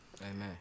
Amen